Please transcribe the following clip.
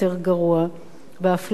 והאפליה שם קשה פי-אלף.